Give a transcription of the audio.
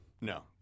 No